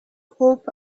hope